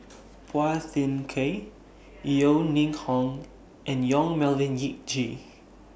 Phua Thin Kiay Yeo Ning Hong and Yong Melvin Yik Chye